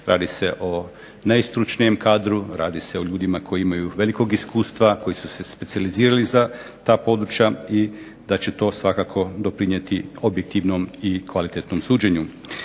Radi se o najstručnijem kadru, radi se o ljudima koji imaju velikog iskustva, koji su se specijalizirali za ta područja i da će to svakako doprinijeti objektivnom i kvalitetnom suđenju.